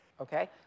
Okay